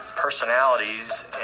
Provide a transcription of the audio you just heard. Personalities